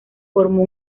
formó